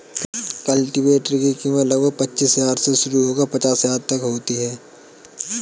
cultivator की कीमत लगभग पचीस हजार से शुरू होकर पचास हजार तक होती है